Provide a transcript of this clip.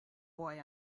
boy